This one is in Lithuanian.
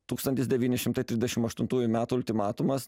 tūkstantis devyni šimtai trisdešim aštuntųjų metų ultimatumas